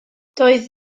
doedd